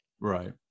right